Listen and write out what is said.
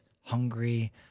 hungry